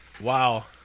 wow